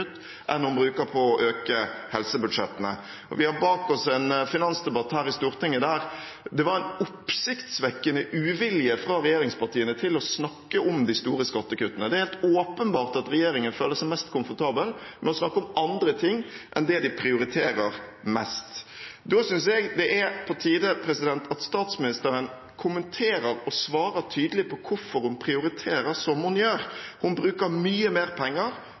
enn hun bruker på å øke helsebudsjettene. Vi har bak oss en finansdebatt i Stortinget der det var en oppsiktsvekkende uvilje hos regjeringspartiene mot å snakke om de store skattekuttene. Det er åpenbart at regjeringen føler seg mest komfortabel med å snakke om andre ting enn det de prioriter høyest. Da synes jeg det er på tide at statsministeren kommenterer og svarer tydelig på hvorfor hun prioriterer som hun gjør. Hun bruker mye mer penger